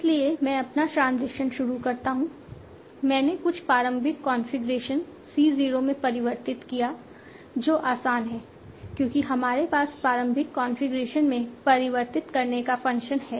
इसलिए मैं अपना ट्रांजिशन शुरू करता हूं मैंने कुछ प्रारंभिक कॉन्फ़िगरेशन C 0 में परिवर्तित किया जो आसान है क्योंकि हमारे पास प्रारंभिक कॉन्फ़िगरेशन में परिवर्तित करने का फ़ंक्शन है